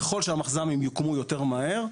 ככל שהמחז"מים יוקמו יותר מהר,